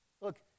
Look